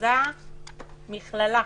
הכרזה מכללא.